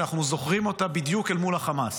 שאנחנו זוכרים אותה בדיוק אל מול החמאס.